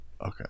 Okay